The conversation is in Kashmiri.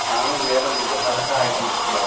اَہن حظ میلن بِلکُل ہر کانٛہہ آیٹم دٔستِیاب